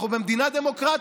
אנחנו במדינה דמוקרטית.